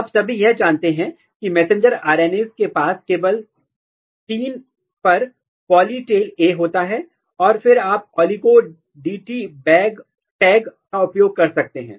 आप सभी यह जानते हैं कि मैसेंजर RNSs के पास केबल 3' पर पॉलि टेल A होता है और फिर आप ओलीगो डीटी टैग का उपयोग कर सकते हैं